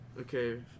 Okay